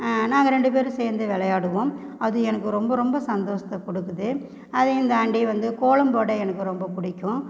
நாங்கள் ரெண்டு பேரும் சேர்ந்து விளையாடுவோம் அது எனக்கு ரொம்ப ரொம்ப சந்தோஷத்தை கொடுக்குது அதையும் தாண்டி வந்து கோலம் போட எனக்கு ரொம்ப பிடிக்கும்